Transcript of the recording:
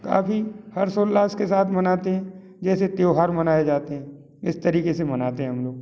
काफ़ी हर्षोउल्लास के साथ मानते है जैसे त्योहार मनाया जाते है इस तरीके से मानते है हम लोग